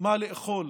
מה לאכול